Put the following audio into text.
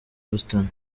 houston